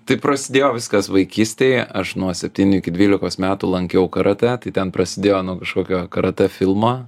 tai prasidėjo viskas vaikystėj aš nuo septynių iki dvylikos metų lankiau karatė tai ten prasidėjo nuo kažkokio karatė filmo